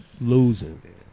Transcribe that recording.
Losing